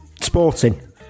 Sporting